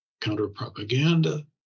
counter-propaganda